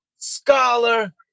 Scholar